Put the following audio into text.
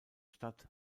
stadt